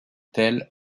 tel